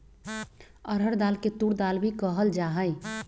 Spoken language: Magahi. अरहर दाल के तूर दाल भी कहल जाहई